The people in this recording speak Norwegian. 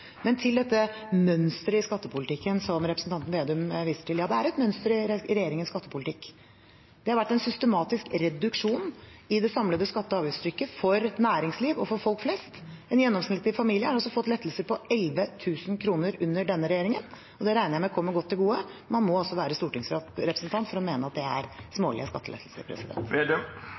Men til det mønsteret i skattepolitikken som representanten Slagsvold Vedum viser til: Ja, det er et mønster i regjeringens skattepolitikk. Det har vært en systematisk reduksjon i det samlede skatte- og avgiftstrykket for næringsliv og for folk flest. En gjennomsnittlig familie har fått lettelser på 11 000 kr under denne regjeringen, og det regner jeg med kommer vel til gode. Man må altså være stortingsrepresentant for å mene at det er smålige skattelettelser.